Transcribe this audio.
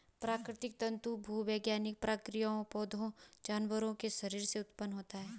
प्राकृतिक तंतु भूवैज्ञानिक प्रक्रियाओं, पौधों, जानवरों के शरीर से उत्पन्न होते हैं